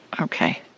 okay